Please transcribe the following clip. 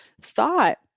thought